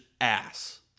ass